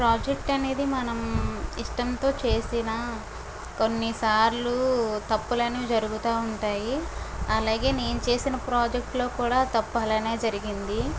project అనేది మనం ఇష్టంతో చేసిన కొన్నిసార్లు తప్పులనేవి జరుగుతా ఉంటాయి అలాగే నేను చేసిన ప్రాజెక్టు లో కూడా తప్పు అలానే జరిగింది